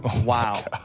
Wow